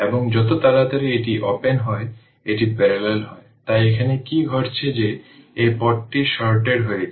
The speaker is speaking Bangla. এবং যত তাড়াতাড়ি এটি ওপেন হয় এটি প্যারালেল হয় তাই এখানে কি ঘটছে যে এই পথটি শর্টেড হয়েছে